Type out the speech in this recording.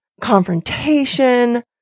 confrontation